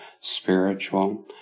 spiritual